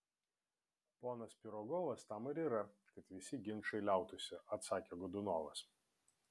ponas pirogovas tam ir yra kad visi ginčai liautųsi atsakė godunovas